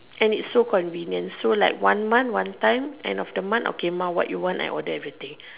and it's so convenient so like one month one time end of the month okay mum what you want I order everything